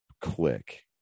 click